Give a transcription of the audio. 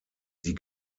die